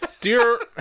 Dear